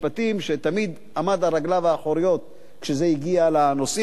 שתמיד עמד על רגליו האחוריות כשזה הגיע לנושאים האלה,